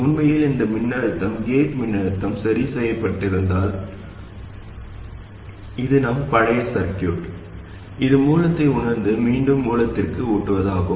உண்மையில் இந்த மின்னழுத்தம் கேட் மின்னழுத்தம் சரி செய்யப்பட்டிருந்தால் இது நம் பழைய சர்கியூட் இது மூலத்தை உணர்ந்து மீண்டும் மூலத்திற்கு ஊட்டுவதாகும்